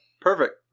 perfect